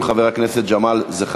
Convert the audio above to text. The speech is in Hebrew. של חברי הכנסת זחאלקה,